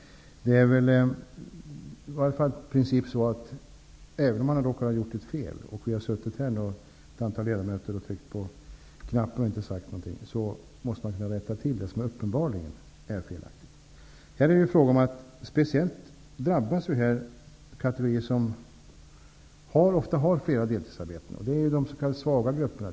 Men även om man har råkat göra ett fel, även om ett antal ledamöter har suttit här och tryckt på knappar, måste man kunna rätta till det som uppenbarligen är felaktigt. I det här fallet är det speciellt de kategorier av människor som ofta har flera deltidsarbeten som drabbas, och det är ju de s.k. svaga grupperna.